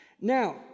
Now